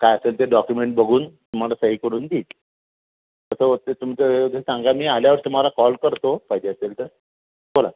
काय असेल ते डॉक्युमेंट बघून तुम्हाला सही करून देईन तसं ते तुमचं सांगा मी आल्यावर तुम्हाला कॉल करतो पाहिजे असेल तर बोला